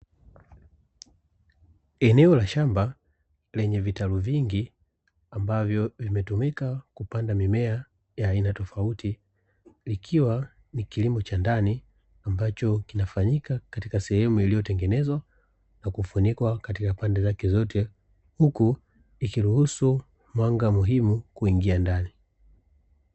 Eneo la shamba lenye vitalu vingi ambavyo vimetumika kupanda mimea ya aina tofauti, likiwa ni kilimo cha ndani ambacho kinafanyika katika sehemu iliyotengenezwa na kufunikwa katika pande zake zote, huku ikiruhusu mwanga muhimu kuingia ndani.